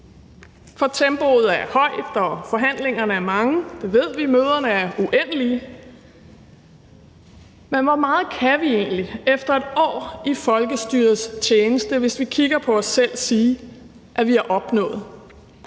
For tempoet er højt, og forhandlingerne er mange – det ved vi, møderne er uendelige. Men hvor meget kan vi egentlig, når vi kigger på os selv, efter 1 år i folkestyrets tjeneste sige, at vi har opnået?